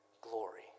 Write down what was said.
glory